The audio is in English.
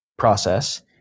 process